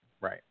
right